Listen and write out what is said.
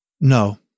No